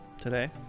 today